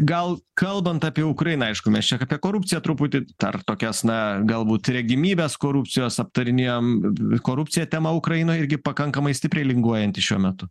gal kalbant apie ukrainą aišku mes čia apie korupciją truputį dar tokias na galbūt regimybes korupcijos aptarinėjam korupcija tema ukrainoj irgi pakankamai stipriai linguojanti šiuo metu